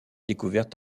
découvertes